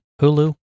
Hulu